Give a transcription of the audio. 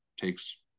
takes